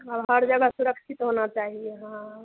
अब हर जगह सुरक्षित होना चाहिए हाँ